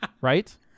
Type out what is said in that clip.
right